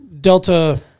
delta